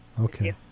Okay